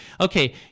Okay